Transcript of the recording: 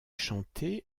chanté